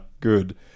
good